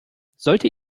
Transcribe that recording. sollte